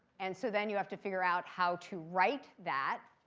and so then you have to figure out how to write that.